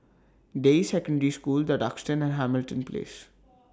Deyi Secondary School The Duxton and Hamilton Place